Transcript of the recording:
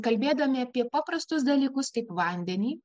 kalbėdami apie paprastus dalykus kaip vandenį